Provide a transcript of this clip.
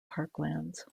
parklands